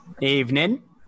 Evening